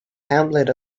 hamlet